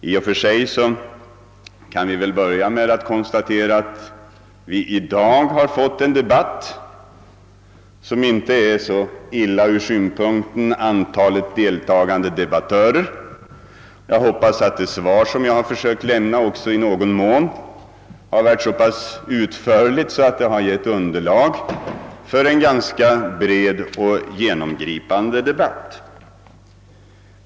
I och för sig kan vi börja med att konstatera, att vi i dag har fått en debatt som inte är så dålig med tanke på antalet deltagare. Jag hoppas också att det svar som jag har lämnat har varit så pass utförligt att det har gett underlag för en ganska bred och genomgripande diskussion.